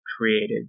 created